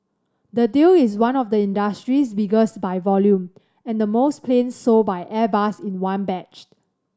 the deal is one of the industry's biggest by volume and the most planes sold by Airbus in one batch